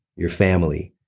your family,